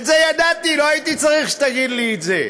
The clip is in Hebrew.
את זה ידעתי, לא הייתי צריך שתגיד לי את זה.